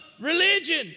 religion